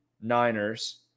Niners